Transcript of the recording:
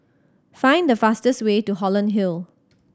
find the fastest way to Holland Hill